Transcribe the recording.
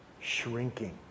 shrinking